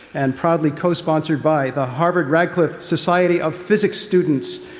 and proudly cosponsored by the harvard-radcliffe society of physics students,